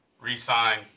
re-sign